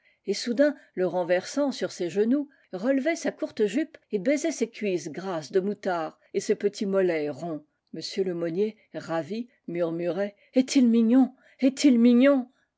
et soudain le renversant sur ses genoux relevait sa courte jupe et baisait ses cuisses grasses de moutard et ses petits mollets ronds m lemonnier ravi murmurait est-il mignon est-il mignon